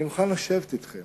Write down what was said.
אני מוכן לשבת אתכם